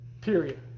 Period